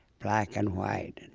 black and white,